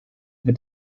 mit